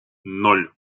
ноль